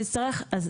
אה, יש תשובות.